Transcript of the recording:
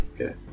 Okay